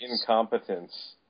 incompetence